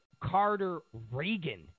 Carter-Reagan